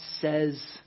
says